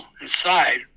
inside